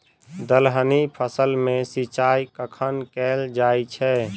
दलहनी फसल मे सिंचाई कखन कैल जाय छै?